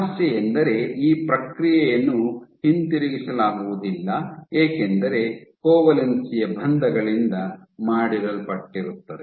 ಸಮಸ್ಯೆಯೆಂದರೆ ಈ ಪ್ರಕ್ರಿಯೆಯನ್ನು ಹಿಂತಿರುಗಿಸಲಾಗುವುದಿಲ್ಲ ಏಕೆಂದರೆ ಕೋವೆಲೆಂಟ್ ಬಂಧಗಳಿಂದ ಮಾಡಿರಲ್ಪಟ್ಟಿರುತ್ತದೆ